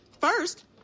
First